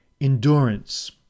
endurance